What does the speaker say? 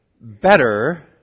better